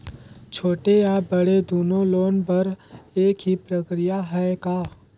छोटे या बड़े दुनो लोन बर एक ही प्रक्रिया है का?